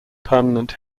permanent